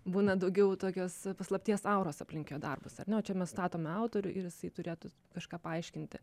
būna daugiau tokios paslapties auros aplink jo darbus ar ne o čia mes statome autorių ir jisai turėtų kažką paaiškinti